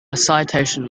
citation